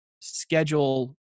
schedule